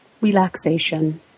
Relaxation